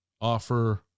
offer